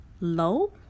low